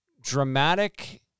dramatic